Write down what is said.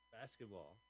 basketball